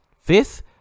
Fifth